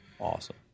Awesome